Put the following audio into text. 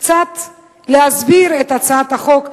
קצת להסביר את הצעת החוק,